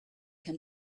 can